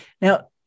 Now